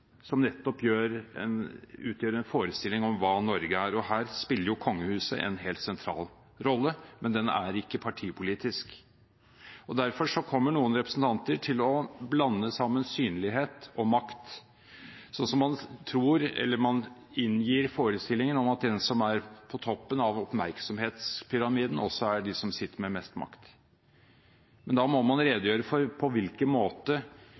som utgjør en forestilling om hva Norge er. Her spiller kongehuset en helt sentral rolle, men den er ikke partipolitisk. Derfor kommer noen representanter til å blande sammen synlighet og makt. Man tror, eller inngir forestillingen om, at de som er på toppen av oppmerksomhetspyramiden, er de som sitter med mest makt. Men da må man redegjøre for på hvilken måte